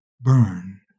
Burn